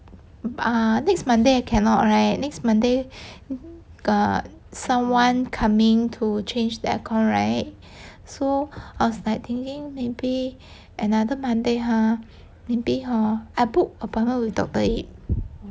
err next monday I cannot right next monday got someone coming to change the aircon right so so I was like thinking maybe another monday !huh! maybe hor I book appointment with doctor eng